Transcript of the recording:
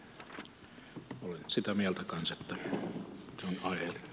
olen sitä mieltä kansan vanhoihin